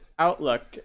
Outlook